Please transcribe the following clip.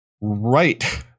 right